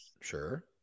Sure